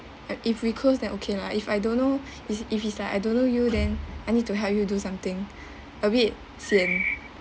uh if we close then okay lah if I don't know if if it's like I don't know you then I need to help you do something a bit xian